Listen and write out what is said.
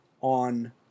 on